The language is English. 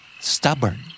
Stubborn